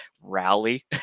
rally